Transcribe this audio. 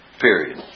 period